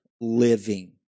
living